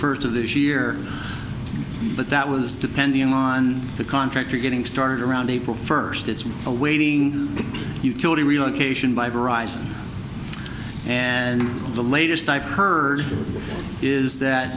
first of this year but that was depending on the contractor getting started around april first it's a waiting utility relocation by variety and the latest i've heard is that